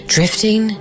Drifting